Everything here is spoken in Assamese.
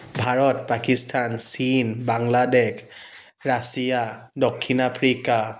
ভাৰত পাকিস্তান চীন বাংলাদেশ ৰাছিয়া দক্ষিণ আফ্ৰিকা